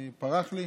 פרח לי,